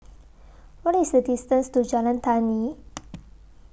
What IS The distance to Jalan Tani